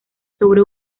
sobre